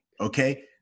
okay